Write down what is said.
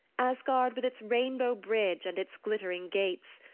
asgard with its rainbow bridge and its glittering gates!